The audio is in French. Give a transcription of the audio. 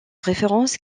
référence